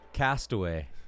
castaway